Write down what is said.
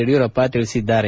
ಯಡಿಯೂರಪ್ಪ ಹೇಳಿದ್ದಾರೆ